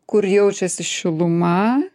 kur jaučiasi šiluma